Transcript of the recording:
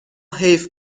حیف